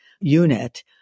unit